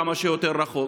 כמה שיותר רחוק.